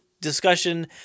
Discussion